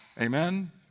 Amen